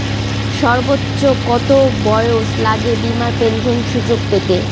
সর্বোচ্চ কত বয়স লাগে বীমার পেনশন সুযোগ পেতে?